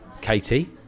katie